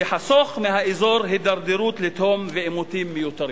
וחסוך מהאזור הידרדרות לתהום ועימותים מיותרים.